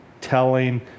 telling